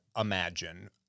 imagine